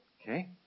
okay